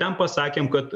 ten pasakėm kad